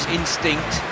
instinct